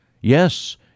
Yes